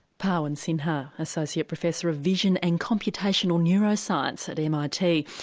pawan sinha, associate professor of vision and computational neuroscience at mit.